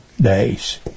days